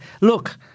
look